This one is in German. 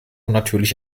natürlich